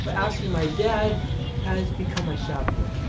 but actually my dad has become my chaperone.